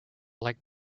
like